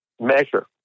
measure